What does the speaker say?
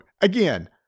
again